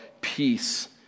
peace